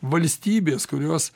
valstybės kurios